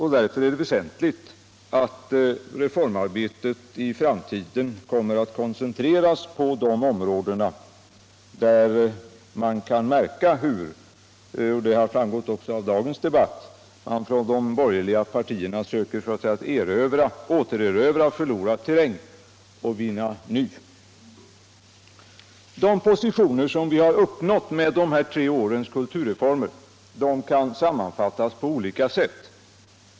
Därför är det väsentligt att reformarbetet i framtiden kommer att koncentreras till de områden där man kan märka — det har också framgått av dagens debatt - hur de borgerliga partierna söker återerövra förlorad terräng och vinna ny. De positioner som vi har uppnått genom dessa tre års kulturreformer kan sammanfattas på olika sätt.